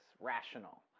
rational